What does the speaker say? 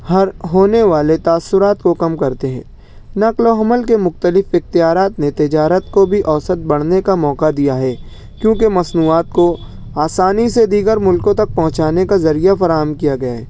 ہر ہونے والے تاثرات کو کم کرتے ہیں نقل و حمل کے مختلف اختیارات نے تجارت کو بھی اوسط بڑھنے کا موقع دیا ہے کیوںکہ مصنوعات کو آسانی سے دیگر ملکوں تک پہنچانے کا ذریعہ فراہم کیا گیا ہے